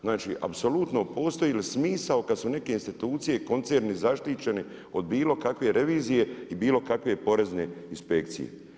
Znači, apsolutno, postoji li smisao kad su neke institucije, koncerni zaštićeni od bilo kakve revizije i bilo kakve porezne inspekcije.